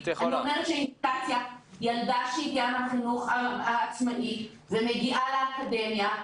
אני אומרת --- ילדה שהגיעה מהחינוך העצמאי ומגיעה לאקדמיה,